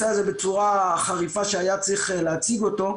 הזה בצורה חריפה בה היה צריך להציג אותו,